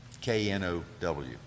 K-N-O-W